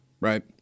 Right